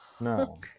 No